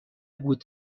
بود